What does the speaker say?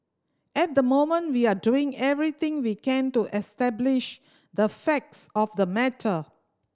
at the moment we are doing everything we can to establish the facts of the matter